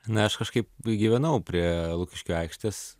na aš kažkaip gyvenau prie lukiškių aikštės